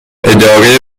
اداره